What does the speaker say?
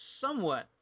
somewhat